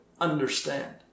understand